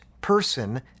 person